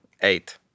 eight